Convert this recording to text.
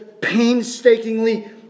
painstakingly